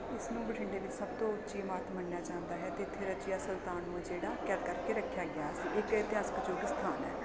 ਇਸ ਨੂੰ ਬਠਿੰਡੇ ਵਿੱਚ ਸਭ ਤੋਂ ਉੱਚੀ ਇਮਾਰਤ ਮੰਨਿਆ ਜਾਂਦਾ ਹੈ ਅਤੇ ਇੱਥੇ ਰਜ਼ੀਆ ਸੁਲਤਾਨ ਨੂੰ ਆ ਜਿਹੜਾ ਕੈਦ ਕਰਕੇ ਰੱਖਿਆ ਗਿਆ ਸੀ ਇੱਕ ਇਹ ਇਤਿਹਾਸਿਕਯੋਗ ਸਥਾਨ ਹੈ